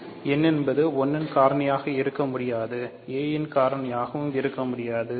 n என்பது 1 இன் காரணியாக இருக்க முடியாது a இன் காரணியாகவும் இருக்க முடியாது